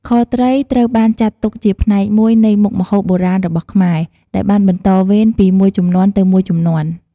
ខត្រីត្រូវបានចាត់ទុកជាផ្នែកមួយនៃមុខម្ហូបបុរាណរបស់ខ្មែរ ដែលបានបន្តវេនពីមួយជំនាន់ទៅមួយជំនាន់។